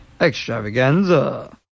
Extravaganza